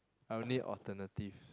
I will need alternative